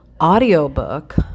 audiobook